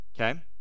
Okay